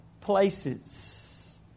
places